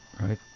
right